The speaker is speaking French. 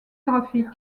graphiques